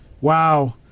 Wow